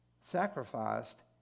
sacrificed